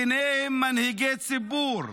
ובהם מנהיגי ציבור,